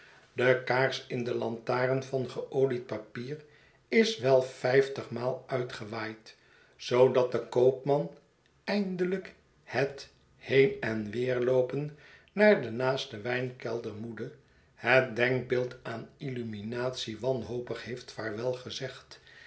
de kaars in de lantaren van geolied papier is wel vijftigmaal uitgewaaid zoodat de koopman eindelijk het been en weerloopen naar den naasten wijnkelder moede het denkbeeld aan illuminatie wanhopig heeft vaarwelgezegd